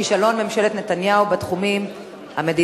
כישלון ממשלת נתניהו בתחום המדיני,